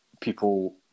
people